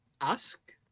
ask